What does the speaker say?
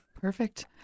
Perfect